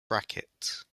bracket